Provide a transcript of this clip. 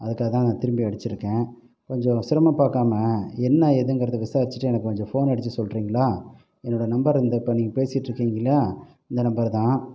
அதுக்காக தான் நான் திரும்பி அடிச்சுருக்கேன் கொஞ்சம் சிரமம் பார்க்காம என்ன ஏதுங்கிறத விசாரிச்சுட்டு எனக்கு கொஞ்சம் ஃபோன் அடித்து சொல்கிறீங்களா என்னோடய நம்பர் இந்த இப்போ நீங்கள் பேசிட்டுருக்கீங்க இல்லையா இந்த நம்பர் தான்